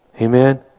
Amen